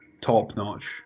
top-notch